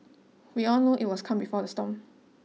we all know it was calm before the storm